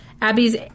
Abby's